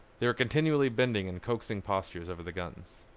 they were continually bending in coaxing postures over the guns.